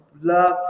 love